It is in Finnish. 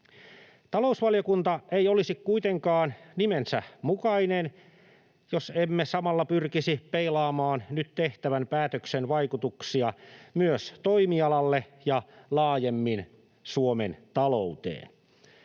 Talousvaliokunta ei olisi kuitenkaan nimensä mukainen, jos emme samalla pyrkisi peilaamaan nyt tehtävän päätöksen vaikutuksia myös toimialaan ja laajemmin Suomen talouteen.